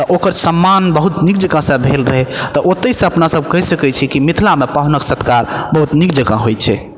तऽ ओकर सम्मान बहुत नीक जकाँसँ भेल रहय तऽ ओतयसँ अपना सब कहि सकय छी कि मिथिलामे पाहुनक सत्कार बहुत नीक जकाँ होइ छै